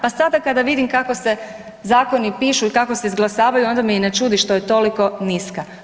Pa sada kada vidim kako se zakoni pišu i kako se izglasavaju onda me i ne čudi što je toliko niska.